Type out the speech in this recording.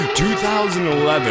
2011